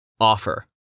Offer